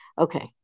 Okay